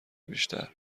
بیشتر